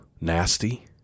nasty